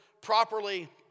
properly